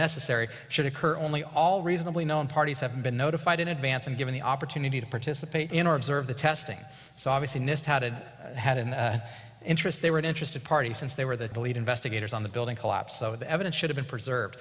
necessary should occur only all reasonably known parties have been notified in advance and given the opportunity to participate in or observe the testing so obviously nist hadad had an interest they were an interested party since they were the lead investigators on the building collapse so the evidence should have been preserved